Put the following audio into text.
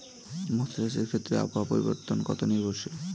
মৎস্য চাষের ক্ষেত্রে আবহাওয়া পরিবর্তন কত নির্ভরশীল?